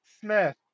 Smith